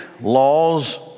laws